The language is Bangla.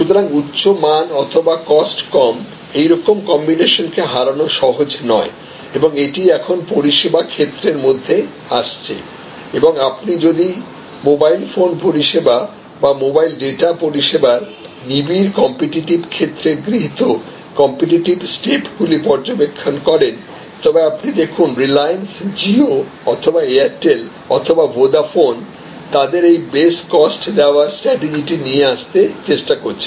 সুতরাং উচ্চমান অথচ কস্ট কমএইরকম কম্বিনেশনকে হারানো সহজ নয় এবং এটি এখন পরিষেবা ক্ষেত্রের মধ্যে আসছে এবং আপনি যদি মোবাইল ফোন পরিষেবা বা মোবাইল ডেটা পরিষেবার নিবিড় কম্পিটিটিভ ক্ষেত্রে গৃহীত কম্পিটিটিভ স্টেপ গুলি পর্যবেক্ষণ করেন তবে আপনি দেখুন রিলায়েন্স জিও অথবা এয়ারটেল অথবা ভোডাফোন তাদের এই বেস্ট কস্ট দেওয়ার স্ট্র্যাটিজি টি নিয়ে আসতে চেষ্টা করছে